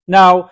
now